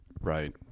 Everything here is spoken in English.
Right